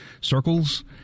circles